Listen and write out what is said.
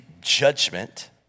judgment